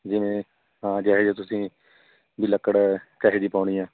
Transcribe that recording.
ਜਿਵੇਂ ਹਾਂ ਜਿਹਾ ਜਾ ਤੁਸੀਂ ਵੀ ਲੱਕੜ ਕਿਹੋ ਜਿਹੀ ਪਾਉਣੀ ਆ